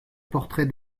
portrait